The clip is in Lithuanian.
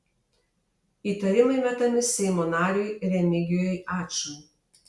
įtarimai metami seimo nariui remigijui ačui